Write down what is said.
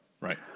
Right